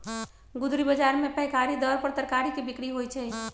गुदरी बजार में पैकारी दर पर तरकारी के बिक्रि होइ छइ